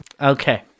Okay